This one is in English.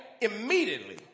immediately